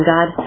God